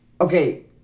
Okay